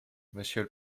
monsieur